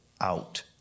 Out